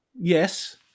Yes